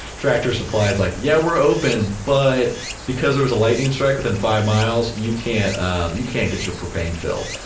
tractor supply is like, yeah, we are open but because there is a lightning strike within five miles you can't you can't get your propane filled.